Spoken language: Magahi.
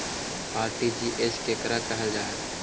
आर.टी.जी.एस केकरा कहल जा है?